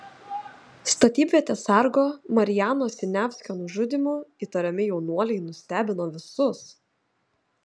statybvietės sargo marijano siniavskio nužudymu įtariami jaunuoliai nustebino visus